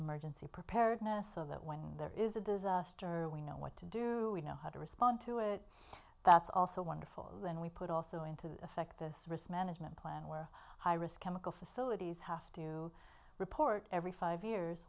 emergency preparedness so that when there is a disaster we know what to do we know how to respond to it that's also wonderful and we put also into effect this risk management plan where high risk chemical facilities have to report every five years